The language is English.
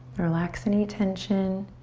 relax any tension.